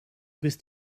bist